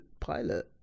pilot